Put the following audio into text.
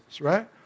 right